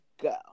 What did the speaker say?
go